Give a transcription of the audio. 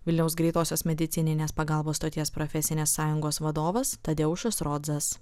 vilniaus greitosios medicininės pagalbos stoties profesinės sąjungos vadovas tadeušas rodzas